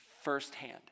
firsthand